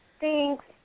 Thanks